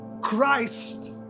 Christ